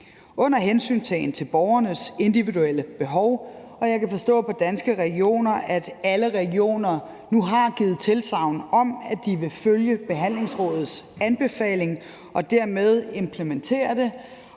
under hensyntagen til borgernes individuelle behov. Jeg kan forstå på Danske Regioner, at alle regioner nu har givet tilsagn om, at de vil følge Behandlingsrådets anbefaling og dermed implementere det.